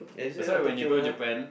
that's why when you go Japan